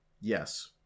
Yes